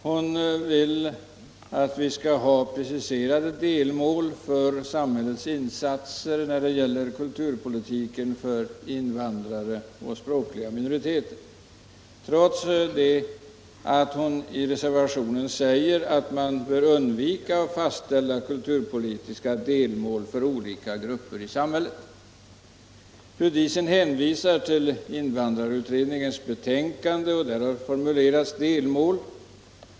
Hon vill att vi skall ha preciserade delmål för samhällets insatser när det gäller kulturpolitiken för invandrare och språkliga minoriteter, trots att hon i reservationen säger att man bör undvika att fastställa kulturpolitiska delmål för olika grupper i samhället. Fru Diesen hänvisar till invandrarutredningens betänkande, där delmål har formulerats.